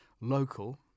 local